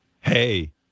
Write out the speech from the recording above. hey